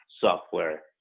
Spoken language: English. software